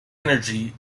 energy